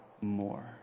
more